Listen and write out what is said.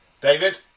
David